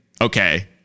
okay